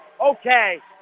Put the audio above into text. Okay